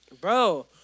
Bro